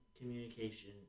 communication